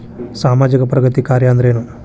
ಸಾಮಾಜಿಕ ಪ್ರಗತಿ ಕಾರ್ಯಾ ಅಂದ್ರೇನು?